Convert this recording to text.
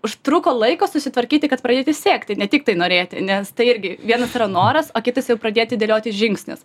užtruko laiko susitvarkyti kad pradėti siekti ne tik tai norėti nes tai irgi vienas yra noras o kitas jau pradėti dėlioti žingsnius